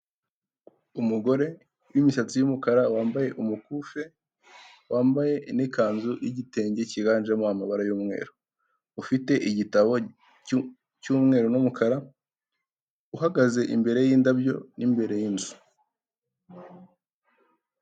Umugore w'imisatsi y'umukara wambaye umukufe wambaye n'ikanzu y'igitenge kiganjemo amabara y'umweru ufite igitabo cy'umweru n'umukara uhagaze imbere y'indabyo n'imbere y'inzu.